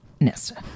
Nesta